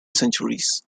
centuries